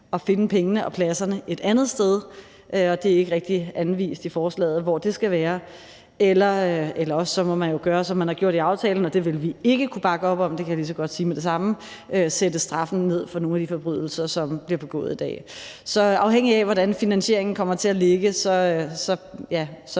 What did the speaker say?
at finde pengene og pladserne et andet sted, og det er ikke rigtig anvist i forslaget, hvor det skal være, eller også må man gøre, som man har gjort i aftalen, og det vil vi ikke kunne bakke op om, det kan jeg lige så godt sige med det samme, nemlig sætte straffen ned for nogle af de forbrydelser, der bliver begået i dag. Så afhængigt af hvordan finansieringen kommer til at ligge,